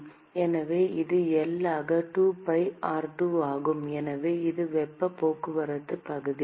எனவே இது L ஆக 2pi r2 ஆகும் எனவே இது வெப்பப் போக்குவரத்துப் பகுதி